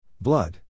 Blood